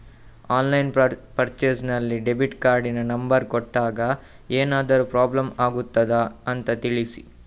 Online purchase ನಲ್ಲಿ debit ಕಾರ್ಡಿನ number ಕೊಟ್ಟಾಗ ಏನಾದರೂ ಪ್ರಾಬ್ಲಮ್ ಆಗುತ್ತದ ಅಂತ ತಿಳಿಸಿ?